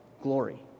glory